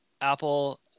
Apple